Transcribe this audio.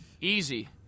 Easy